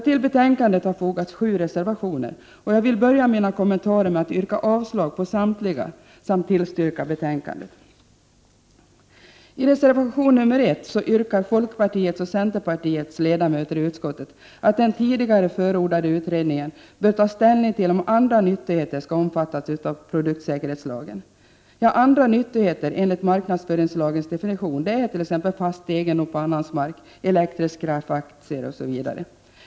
Till betänkandet har fogats 7 reservationer, och jag vill börja mina kommentarer med att yrka avslag på samtliga bifall till utskottets hemställan. I reservation nr 1 yrkar centerns och folkpartiets ledamöter i utskottet att den tidigare nämnda utredningen bör ta ställning till om andra nyttigheter skall omfattas av produktsäkerhetslagen. Andra nyttigheter enligt marknadsföringslagens definition är t.ex. fast egendom på annans mark, elektrisk kraft, aktier osv.